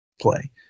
play